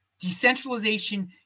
Decentralization